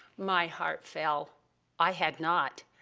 my heart fell i had not.